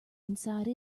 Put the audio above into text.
inside